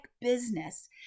business